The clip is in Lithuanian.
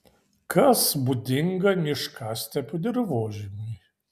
kas būdinga miškastepių dirvožemiui